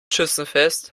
schützenfest